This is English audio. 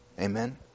Amen